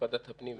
בוועדת הפנים,